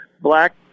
black